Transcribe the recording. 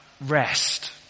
rest